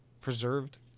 preserved